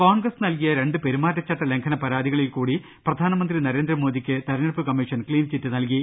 കോൺഗ്രസ് നൽകിയ രണ്ട് പെരുമാറ്റച്ചട്ട ലംഘന പരാതികളിൽ കൂടി പ്രധാനമന്ത്രി നരേന്ദമോദിക്ക് തെരഞ്ഞെടുപ്പ് കമ്മീഷൻ ക്സീൻചിറ്റ് നൽകി